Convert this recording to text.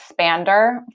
expander